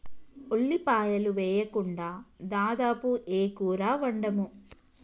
ఉల్లిపాయలు వేయకుండా దాదాపు ఏ కూర వండము